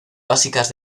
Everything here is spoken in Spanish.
básicas